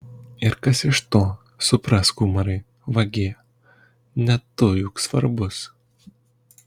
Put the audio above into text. ir kas iš to suprask umarai vagie ne tu juk svarbus